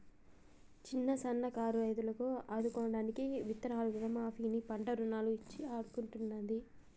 చిన్న సన్న కారు రైతులను ఆదుకోడానికి విత్తనాలను రుణ మాఫీ ని, పంట రుణాలను ఇచ్చి ఆడుకుంటుంది